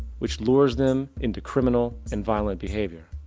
which lures them into criminal and violent behavior.